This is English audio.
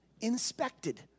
inspected